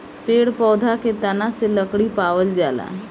पेड़ पौधा के तना से लकड़ी पावल जाला